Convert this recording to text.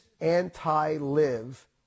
anti-Live